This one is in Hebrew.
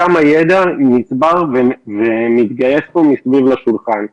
כמה יידע נצבר ומתגייס פה סביב השולחן.